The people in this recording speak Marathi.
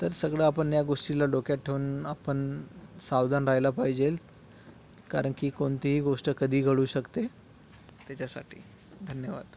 तर सगळं आपण या गोष्टीला डोक्यात ठेवून आपण सावधान राह्यला पायजेल कारण की कोणतीही गोष्ट कधीही घडू शकते त्याच्यासाठी धन्यवाद